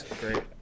great